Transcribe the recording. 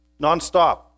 nonstop